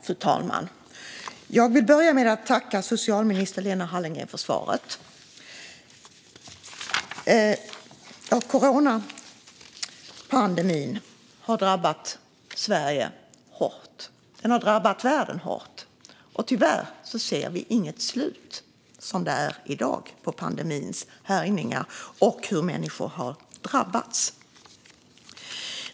Fru talman! Jag vill börja med att tacka socialminister Lena Hallengren för svaret. Coronapandemin har drabbat Sverige hårt, och den har drabbat världen hårt. Tyvärr ser vi i dag inget slut på pandemins härjningar och hur människor drabbas.